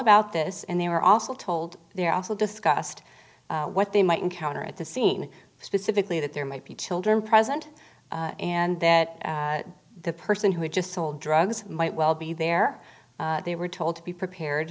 about this and they were also told they're also discussed what they might encounter at the scene specifically that there might be children present and that the person who just sold drugs might well be there they were told to be prepared